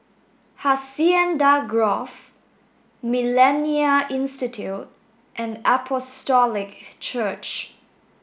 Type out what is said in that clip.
Hacienda Grove Millennia Institute and Apostolic Church